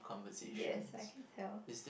yes I can tell